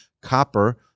copper